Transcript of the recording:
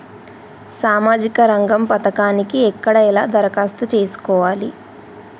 సామాజిక రంగం పథకానికి ఎక్కడ ఎలా దరఖాస్తు చేసుకోవాలి?